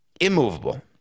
Immovable